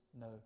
no